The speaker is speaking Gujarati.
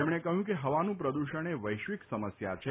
તેમણે કહ્યું કે હવાનું પ્રદૂષણ એ વૈશ્વિક સમસ્યા છે